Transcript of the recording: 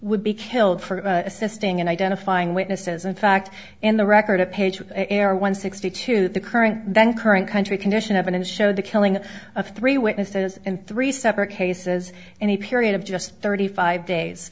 would be killed for assisting and identifying witnesses in fact in the record a page with error one sixty two the current then current country condition evidence show the killing of three witnesses in three separate cases and a period of just thirty five days